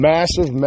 Massive